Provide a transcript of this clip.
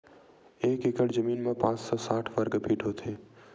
एक एकड़ जमीन मा पांच सौ साठ वर्ग फीट होथे